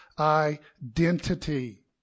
identity